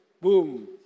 Boom